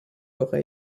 aurait